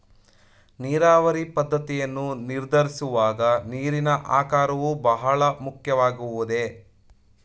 ನೀರಾವರಿ ಪದ್ದತಿಯನ್ನು ನಿರ್ಧರಿಸುವಾಗ ನೀರಿನ ಆಕಾರವು ಬಹಳ ಮುಖ್ಯವಾಗುವುದೇ?